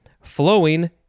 flowing